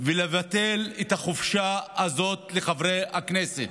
ולבטל את החופשה הזאת לחברי הכנסת.